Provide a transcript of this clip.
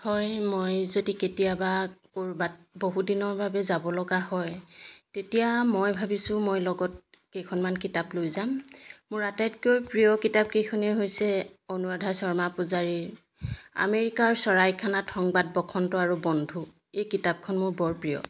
হয় মই যদি কেতিয়াবা ক'ৰবাত বহুদিনৰ বাবে যাবলগা হয় তেতিয়া মই ভাবিছোঁ মই লগত কেইখনমান কিতাপ লৈ যাম মোৰ আটাইতকৈ প্ৰিয় কিতাপ কেইখনেই হৈছে অনুৰাধা শৰ্মা পূজাৰীৰ আমেৰিকাৰ চৰাই খানাত সংবাদ বসন্ত আৰু বন্ধু এই কিতাপখন মোৰ বৰ প্ৰিয়